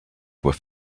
with